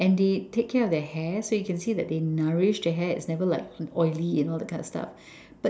and they take care of their hair so you can see they nourish their hair it's never like oily you know that kind of stuff